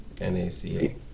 N-A-C-A